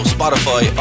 Spotify